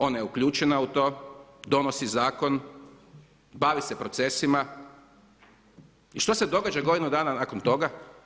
Ona je uključena u to, donosi zakon, bavi se procesima i što se događa godinu dana nakon toga?